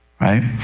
right